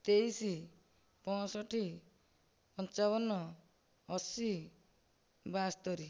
ତେଇଶି ପଞ୍ଚଷଠି ପଞ୍ଚାବନ ଅଶି ବାସ୍ତୋରି